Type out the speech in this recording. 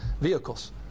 vehicles